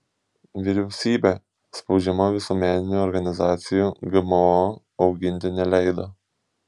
vyriausybė spaudžiama visuomeninių organizacijų gmo auginti neleido